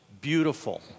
beautiful